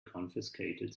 confiscated